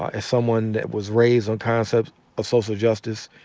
ah someone that was raised on concepts of social justice.